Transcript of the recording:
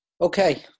Okay